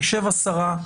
תשב השרה,